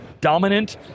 dominant